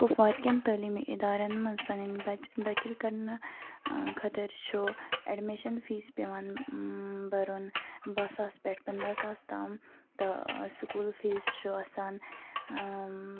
کپوارِ کٮ۪ن تعلیمی اِدارَن منٛز پَنٕنۍ بَچن دٲخل کَرنہٕ خٲطرِ چھُ ایڈمِشَن فیس پیوان بَرُن باہ ساس پٮ۪ٹھ پنداہ ساس تام تہٕ سکوٗل فیٖس چھُ آسان